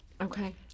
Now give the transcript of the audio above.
Okay